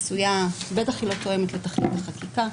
בטח לא תואם את תכלית החקיקה.